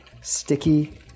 sticky